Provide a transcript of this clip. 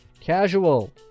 Casual